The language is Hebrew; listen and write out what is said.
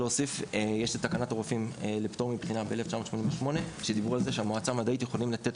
יש תקנת הרופאים משנת 1988 שדיברה על כך שהמועצה המדעית יכולה לתת